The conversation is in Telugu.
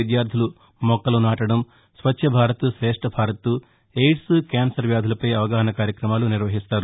విద్యార్దులు మొక్కలు నాటడం స్వచ్ఛభారత్ శ్రేష్టభారత్ ఎయిద్స్ క్యాస్సర్ వ్యాధులపై అవగాహన కార్యక్రమాలను నిర్వహిస్తారు